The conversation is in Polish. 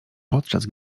podczas